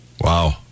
Wow